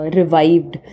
revived